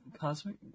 Cosmic